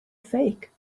fake